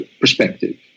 perspective